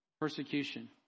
persecution